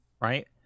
right